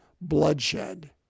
bloodshed